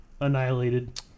Annihilated